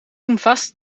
umfasst